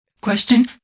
Question